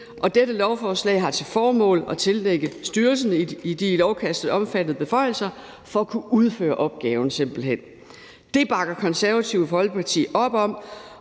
og dette lovforslag har til formål at tildele styrelsen de i lovudkastet omfattede beføjelser for at kunne udføre opgaven. Det bakker Det Konservative Folkeparti op om,